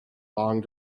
long